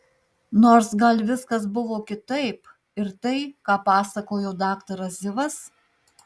nors gal viskas buvo kitaip ir tai ką pasakojo daktaras zivas